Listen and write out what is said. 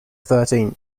thirteenth